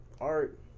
art